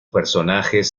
personajes